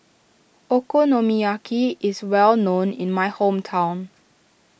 Okonomiyaki is well known in my hometown